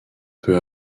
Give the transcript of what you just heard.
peu